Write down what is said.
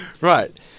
Right